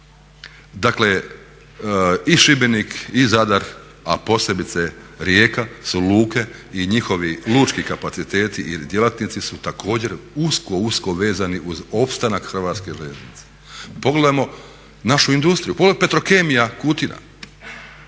Dakle i Šibenik i Zadar, a posebice Rijeka su luke i njihovi lučki kapaciteti ili djelatnici su također usko, usko vezani uz opstanak Hrvatske željeznice. Pogledajmo našu industriju, Petrokemija Kutina.